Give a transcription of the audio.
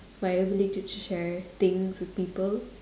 my ability to share things with people